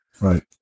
Right